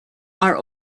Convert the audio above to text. are